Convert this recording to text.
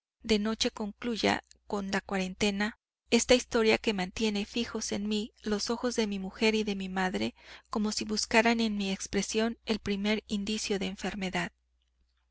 de noche concluya con la cuarentena esta historia que mantiene fijos en mí los ojos de mi mujer y de mi madre como si buscaran en mi expresión el primer indicio de enfermedad